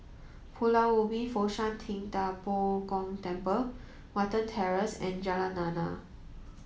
Pulau Ubin Fo Shan Ting Da Bo Gong Temple Watten Terrace and Jalan Lana